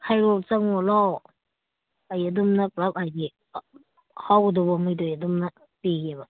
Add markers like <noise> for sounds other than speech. ꯍꯥꯏꯔꯛꯑꯣ ꯆꯪꯉꯛꯑꯣ ꯂꯥꯛꯑꯣ ꯑꯩ ꯑꯗꯨꯝ <unintelligible> ꯄꯨꯂꯞ ꯍꯥꯏꯗꯤ ꯍꯥꯎꯒꯗꯧꯕꯉꯩꯗꯣ ꯑꯩ ꯑꯗꯨꯝꯅ ꯄꯤꯒꯦꯕ